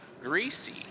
greasy